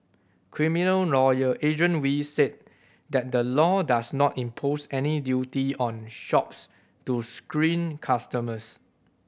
criminal lawyer Adrian Wee said that the law does not impose any duty on shops to screen customers